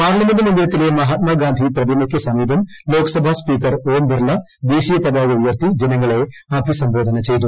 parliament മന്ദിരത്തിലെ മഹാത്മാ ഗാന്ധി പ്രതിമയ്ക്ക് സമീപം ലോക്സഭ സ്പീക്കർ ഓം ബിർള ദേശീയ പതാക ഉയർത്തി ജനങ്ങളെ അഭിസംബോധന ചെയ്തു